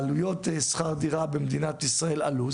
העלויות שכר דירה במדינת ישראל עלו,